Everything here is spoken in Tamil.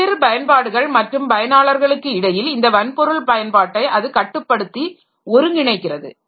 வெவ்வேறு பயன்பாடுகள் மற்றும் பயனாளர்களுக்கு இடையில் இந்த வன்பொருள் பயன்பாட்டை அது கட்டுப்படுத்தி ஒருங்கிணைக்கிறது